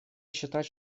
считать